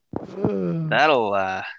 that'll